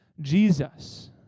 Jesus